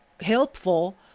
helpful